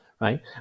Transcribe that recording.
right